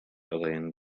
adayın